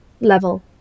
level